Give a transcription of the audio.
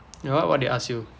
wha~ what they ask you